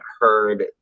heard